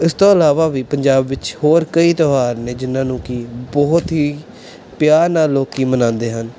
ਇਸ ਤੋਂ ਇਲਾਵਾ ਵੀ ਪੰਜਾਬ ਵਿੱਚ ਹੋਰ ਕਈ ਤਿਉਹਾਰ ਨੇ ਜਿਨ੍ਹਾਂ ਨੂੰ ਕਿ ਬਹੁਤ ਹੀ ਪਿਆਰ ਨਾਲ ਲੋਕ ਮਨਾਉਂਦੇ ਹਨ